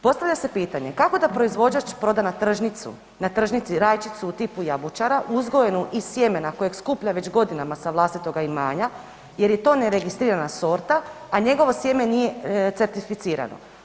Postavlja se pitanje kako da proizvođač proda na tržnici rajčicu, u tipu jabučara, uzgojenu iz sjemena kojeg skuplja već godinama sa vlastitoga imanja jer je to neregistrirana sorta a njegovo sjeme nije certificirano?